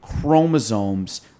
chromosomes